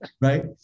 right